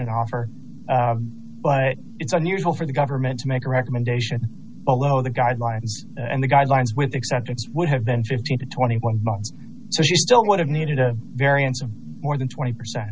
an offer but it's unusual for the government to make a recommendation although the guidelines and the guidelines with acceptance would have been fifteen to twenty one months so she still would have needed a variance of more than twenty percent